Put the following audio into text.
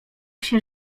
się